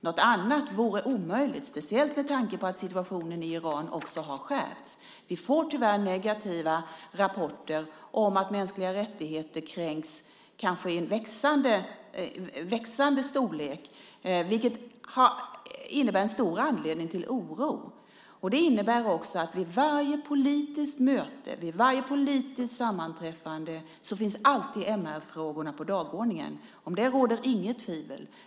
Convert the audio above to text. Något annat vore omöjligt, speciellt med tanke på att situationen i Iran har skärpts. Vi får tyvärr negativa rapporter om att mänskliga rättigheter kränks kanske i ökande omfattning, vilket innebär en stor anledning till oro. Det innebär också att vid varje politiskt möte, vid varje politiskt sammanträffande, finns alltid MR-frågorna på dagordningen. Om det råder inget tvivel.